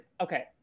Okay